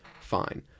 fine